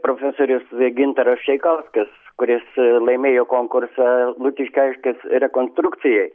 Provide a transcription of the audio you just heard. profesorius gintaras čaikauskas kuris laimėjo konkursą lukiškių aikštės rekonstrukcijai